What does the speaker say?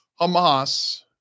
Hamas